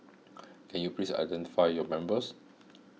can you please identify your members